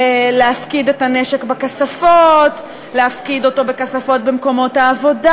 להפקדת הנשק בכספות, בכספות במקומות העבודה.